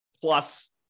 plus